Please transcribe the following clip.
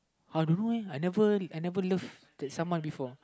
I don't know leh I never I never loved that someone before